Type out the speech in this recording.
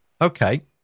okay